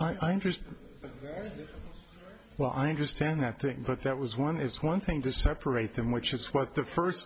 very well i understand that thing but that was one is one thing to separate them which is what the first